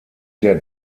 der